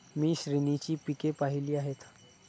मी श्रेणीची पिके पाहिली आहेत